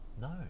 No